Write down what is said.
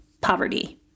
Poverty